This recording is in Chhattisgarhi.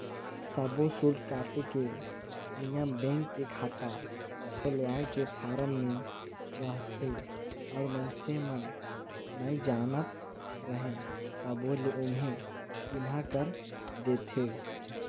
सब्बो सुल्क काटे के नियम बेंक के खाता खोलवाए के फारम मे रहथे और मइसने मन नइ जानत रहें तभो ले ओम्हे चिन्हा कर देथे